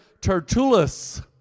Tertullus